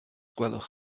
gwelwch